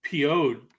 PO'd